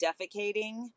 defecating